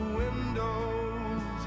windows